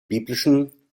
biblischen